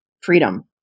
freedom